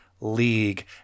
League